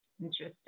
Interesting